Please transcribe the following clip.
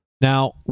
Now